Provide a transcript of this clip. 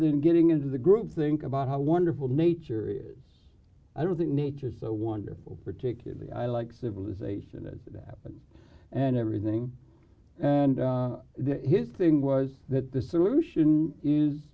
than getting into the group think about how wonderful nature is i don't think nature is so wonderful particularly i like civilization as it happened and everything and his thing was that the solution is